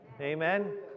amen